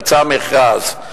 יצא מכרז.